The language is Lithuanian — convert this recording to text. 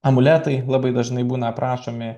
amuletai labai dažnai būna aprašomi